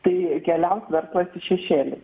tai keliaus dar vat į šešėlį